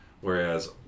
Whereas